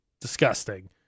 disgusting